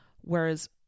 Whereas